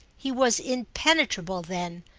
he was impenetrable then,